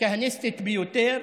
הכהניסטית ביותר.